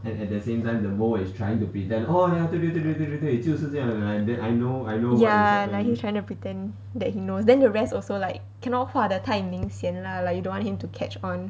ya like he trying to pretend that he knows then the rest also like cannot 画得太明显 lah like you don't want him to catch on